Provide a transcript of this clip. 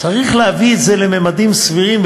צריך להביא את זה לממדים סבירים,